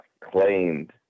claimed